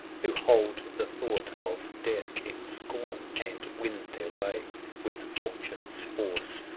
who hold the thought of death in scorn. and win their way with falchions' force,